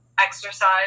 exercise